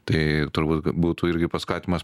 tai turbūt būtų irgi paskatinimas